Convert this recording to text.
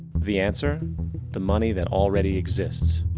the answer the money that already exists.